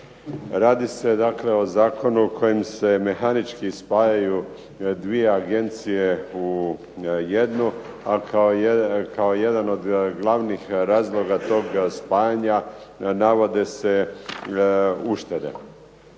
dakle o Zakonu kojim se mehanički spajaju dvije Agencije u jednu, a kao jedan od glavnih razloga tog spajanja navode se uštede.